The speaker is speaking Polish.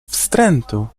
wstrętu